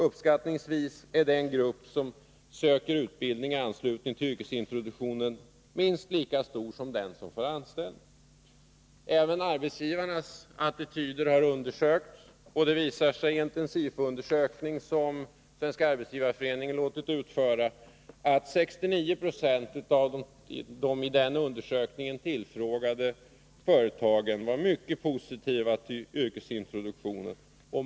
Uppskattningsvis är den grupp som söker utbildning i anslutning till yrkesintroduktion minst lika stor som den som får anställning. Även arbetsgivarnas attityder har undersökts. En SIFO-undersökning — som Svenska arbetsgivareföreningen låtit utföra — visar att 69 90 av de i denna undersökning tillfrågade företagen var mycket positiva till yrkesintroduktionen.